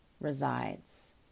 resides